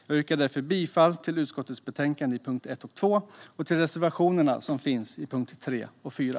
Jag yrkar därför bifall till utskottets förslag i betänkandet i punkt 1 och 2 och till reservationerna i punkt 3 och 4.